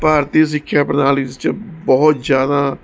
ਭਾਰਤੀ ਸਿੱਖਿਆ ਪ੍ਰਣਾਲੀ 'ਚ ਬਹੁਤ ਜ਼ਿਆਦਾ